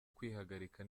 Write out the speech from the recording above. kwihagarika